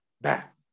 back